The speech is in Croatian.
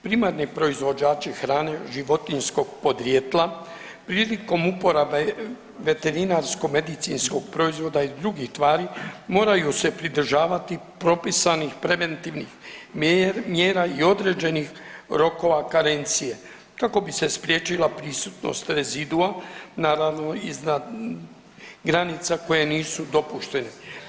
Primarni proizvođači hrane životinjskog podrijetla prilikom uporabe veterinarsko-medicinskog proizvoda i drugih tvari moraju se pridržavati propisanih preventivnih mjera i određenih rokova karencije kako bi se spriječila prisutnost rezidua naravno iznad granica koje nisu dopuštene.